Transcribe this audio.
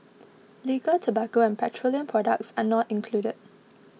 liquor tobacco and petroleum products are not included